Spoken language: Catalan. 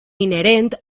inherent